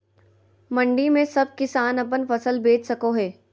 मंडी में सब किसान अपन फसल बेच सको है?